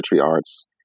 arts